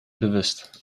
bewust